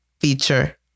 feature